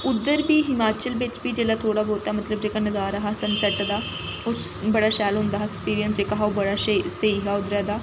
उद्धर बी हिमाचल बिच्च बी जेल्लै थोह्ड़ा ब्हौता मतलब जेह्का नजारा हा सन सैट्ट दा ओह् बड़ा शैल होंदा हा अक्सपिरिंस जेह्का हा बड़ा शेही स्हेई हा उद्धरै दा